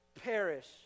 perish